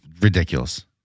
ridiculous